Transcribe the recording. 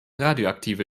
radioaktive